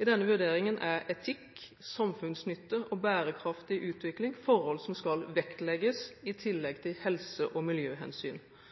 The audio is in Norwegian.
I denne vurderingen er etikk, samfunnsnytte og bærekraftig utvikling forhold som skal vektlegges i tillegg til helse- og miljøhensyn.